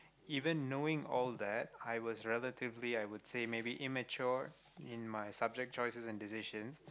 even knowing all that I was relatively I would say maybe immature in my subject choices and decisions